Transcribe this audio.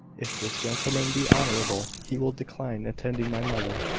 if this gentleman be honourable, he will decline attending my mother,